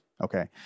Okay